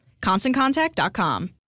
ConstantContact.com